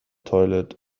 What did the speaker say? toilet